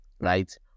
right